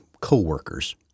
coworkers